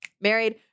married